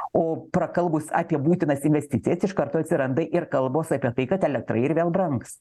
o prakalbus apie būtinas investicijas iš karto atsiranda ir kalbos apie tai kad elektra ir vėl brangs